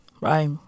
right